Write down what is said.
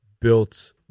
built